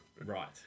Right